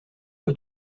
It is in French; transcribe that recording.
peu